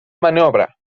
maniobra